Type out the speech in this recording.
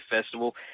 Festival